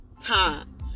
time